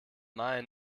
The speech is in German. main